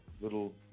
little